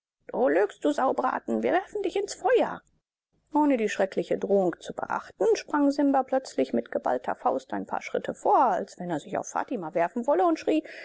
du lügst du saubraten wir werfen dich ins feuer ohne die schreckliche drohung zu beachten sprang simba plötzlich mit geballter faust ein paar schritte vor als wenn er sich auf fatima werfen wolle und schrie